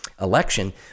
election